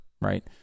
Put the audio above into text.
right